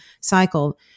cycle